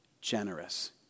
generous